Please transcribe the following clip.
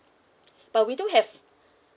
but we do have